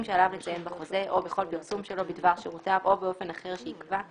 שעליו לציין בחוזה או בכל פרסום שלו בדבר שירותיו או באופן אחר שיקבע,